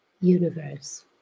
universe